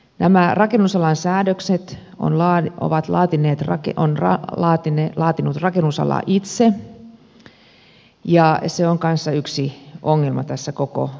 nämä rakennusalan säädökset on laatinut rakennusala itse ja se on kanssa yksi ongelma tässä koko ketjussa